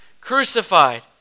crucified